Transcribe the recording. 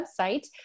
website